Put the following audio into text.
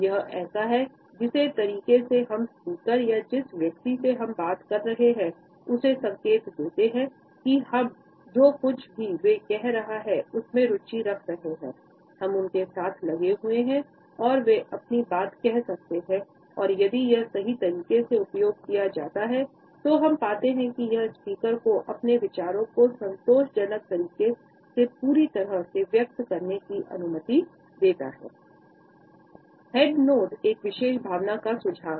यह ऐसा है जिस तरीके से हम स्पीकर या जिस व्यक्ति से हम बात कर रहे हैं उसे संकेत देते हैं कि हम जो कुछ भी वे कह रहे हैं उसमें रूचि रख रहे हैं हम उनके साथ लगे हुए हैं और वे अपनी बात कह सकते हैं और यदि यह सही तरीके से उपयोग किया जाता है तो हम पाते हैं कि यह स्पीकर को अपने विचारों को संतोषजनक तरीके से पूरी तरह से व्यक्त करने की अनुमति देता है हेड नोड एक विशेष भावना का सुझाव है